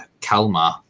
Kalmar